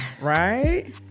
Right